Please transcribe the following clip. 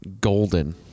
golden